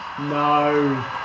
No